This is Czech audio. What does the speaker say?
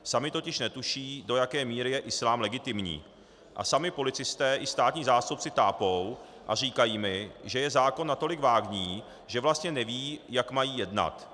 Sami totiž netuší, do jaké míry je islám legitimní, a sami policisté i státní zástupci tápou a říkají mi, že je zákon natolik vágní, že vlastně nevědí, jak mají jednat.